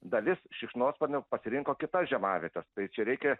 dalis šikšnosparnių pasirinko kitas žiemavietes tai čia reikia